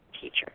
teacher